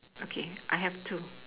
okay I have two